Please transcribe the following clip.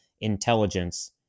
intelligence